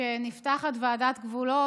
חברת הכנסת לסקי, שבי,